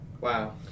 Wow